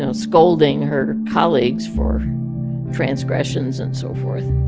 and scolding her colleagues for transgressions and so forth